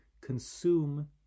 consume